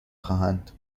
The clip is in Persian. خواهند